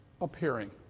appearing